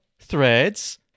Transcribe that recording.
Threads